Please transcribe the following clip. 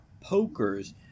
pokers